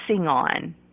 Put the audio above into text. on